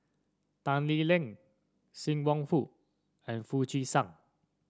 Tan Lee Leng Sim Wong Hoo and Foo Chee San